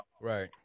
Right